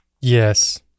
yes